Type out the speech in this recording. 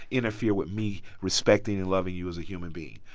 interfere with me respecting and loving you as a human being.